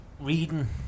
reading